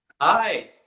Hi